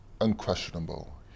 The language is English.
unquestionable